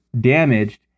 damaged